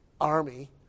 army